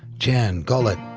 jan gullet,